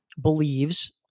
believes